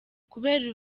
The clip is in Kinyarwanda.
kubera